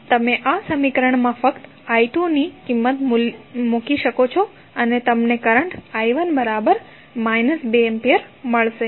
તમે આ સમીકરણમાં ફક્ત i2 ની કિંમત મૂકી શકો છો અને તમને કરંટ i1 2A મળશે